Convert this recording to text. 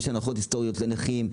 היסטוריות לנכים,